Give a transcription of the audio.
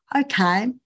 okay